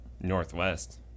northwest